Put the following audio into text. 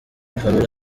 pamela